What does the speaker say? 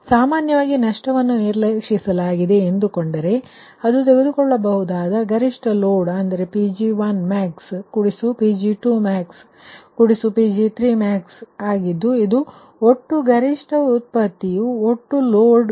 ಇದರರ್ಥ ಸಾಮಾನ್ಯವಾಗಿ ನಷ್ಟವನ್ನು ನಿರ್ಲಕ್ಷಿಸಲಾಗಿದೆ ಎಂದುಕೊಂಡರೆ ಅದು ತೆಗೆದುಕೊಳ್ಳಬಹುದಾದ ಗರಿಷ್ಠ ಲೋಡ್ ಅಂದರೆ Pg1maxPg2maxPg3max ಆಗಿದ್ದು ಇದು ಒಟ್ಟು ಗರಿಷ್ಠ ಉತ್ಪತ್ತಿಯು ಒಟ್ಟು ಲೋಡ್ಗೆ ಸಮನಾಗಿರುತ್ತದೆ ಅದಕ್ಕಿಂತ ಹೆಚ್ಚಿನ ಮೌಲ್ಯವಾಗಿರುವದಿಲ್ಲ